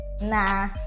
Nah